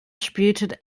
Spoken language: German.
spielte